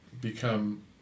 become